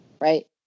Right